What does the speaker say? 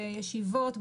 ישיבות,